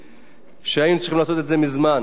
אבל כנראה המקרה הטרגי שקרה,